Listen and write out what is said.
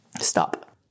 stop